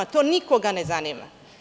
To nikoga ne zanima.